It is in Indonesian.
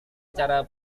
cara